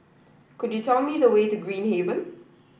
could you tell me the way to Green Haven